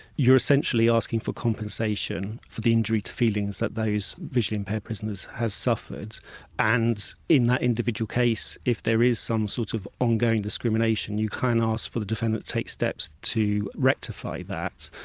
you're essentially asking for compensation for the injury to feelings that those visually impaired prisoners have suffered and in that individual case if there is some sort of ongoing discrimination you can ask for the defendant to take steps to rectify that.